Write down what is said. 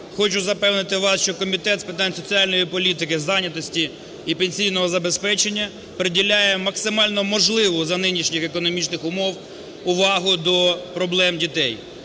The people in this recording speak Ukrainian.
Хочу запевнити вас, що Комітет з питань соціальної політики, зайнятості і пенсійного забезпечення приділяє максимально можливу за нинішніх економічних умов увагу до проблем дітей.